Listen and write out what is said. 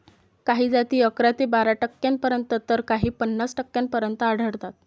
काही जाती अकरा ते बारा टक्क्यांपर्यंत तर काही पन्नास टक्क्यांपर्यंत आढळतात